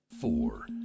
Four